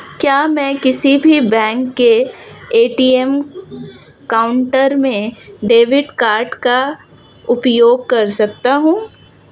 क्या मैं किसी भी बैंक के ए.टी.एम काउंटर में डेबिट कार्ड का उपयोग कर सकता हूं?